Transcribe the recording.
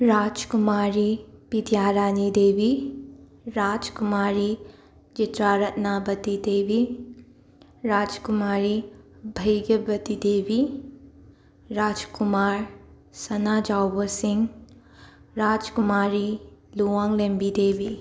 ꯔꯥꯆꯀꯨꯃꯥꯔꯤ ꯕꯤꯗ꯭ꯌꯥꯔꯥꯅꯤ ꯗꯦꯕꯤ ꯔꯥꯆꯀꯨꯃꯥꯔꯤ ꯆꯤꯇ꯭ꯔꯥꯔꯠꯅꯥꯕꯇꯤ ꯗꯦꯕꯤ ꯔꯥꯆꯀꯨꯃꯥꯔꯤ ꯚꯩꯒ꯭ꯌꯕꯇꯤ ꯗꯦꯕꯤ ꯔꯥꯆꯀꯨꯃꯥꯔ ꯁꯅꯥꯖꯥꯎꯕ ꯁꯤꯡ ꯔꯥꯆꯀꯨꯃꯥꯔꯤ ꯃꯨꯋꯥꯡꯂꯦꯝꯕꯤ ꯗꯦꯕꯤ